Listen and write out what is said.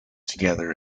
together